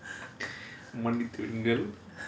மன்னித்து விடுங்கள்:mannithu vidungal